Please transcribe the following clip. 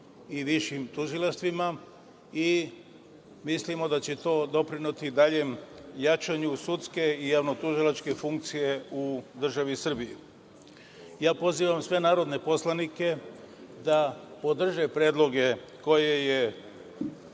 i višim tužilaštvima i mislimo da će to doprineti daljem jačanju sudske i javno-tužilačke funkcije u državi Srbiji. Pozivam sve narodne poslanike da podrže predloge koje je